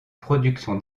production